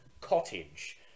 cottage